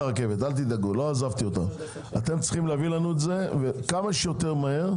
אתם צריכים להביא לנו את זה כמה שיותר מהר,